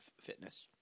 fitness